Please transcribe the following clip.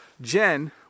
Jen